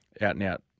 out-and-out